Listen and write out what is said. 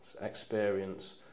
experience